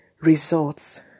results